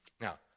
Now